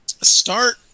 start